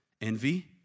Envy